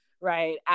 right